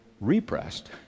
repressed